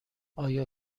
آیا